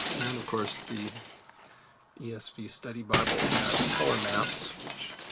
and of course the yeah esv study bible has color maps, which